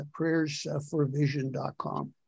prayersforvision.com